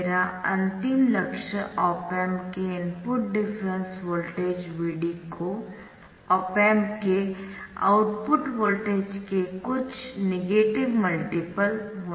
मेरा अंतिम लक्ष्य ऑप एम्प के इनपुट डिफरेंस वोल्टेज Vd को ऑप एम्प के आउटपुट वोल्टेज के कुछ नेगेटिव मल्टीपल होना है